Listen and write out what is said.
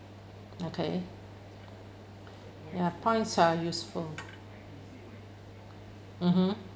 okay ya points are useful mmhmm